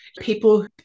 people